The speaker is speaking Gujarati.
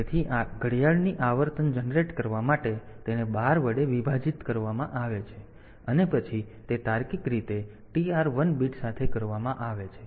તેથી ઘડિયાળની આવર્તન જનરેટ કરવા માટે તેને 12 વડે વિભાજિત કરવામાં આવે છે અને પછી તે તાર્કિક રીતે તે TR1 બીટ સાથે કરવામાં આવે છે